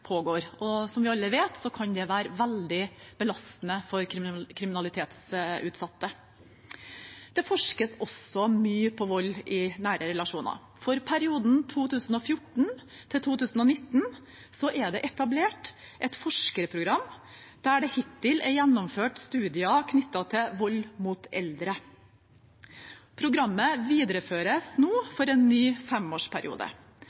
pågår. Som vi alle vet, kan det være veldig belastende for kriminalitetsutsatte. Det forskes også mye på vold i nære relasjoner. For perioden 2014–2019 er det etablert et forskerprogram der det hittil er gjennomført studier knyttet til vold mot eldre. Programmet videreføres